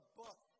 book